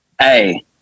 hey